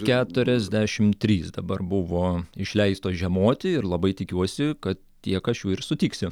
keturiasdešimt trys dabar buvo išleistos žiemoti ir labai tikiuosi kad tiek aš jų ir sutiksiu